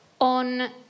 on